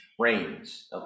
rains